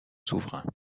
souverains